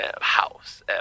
house